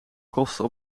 kosten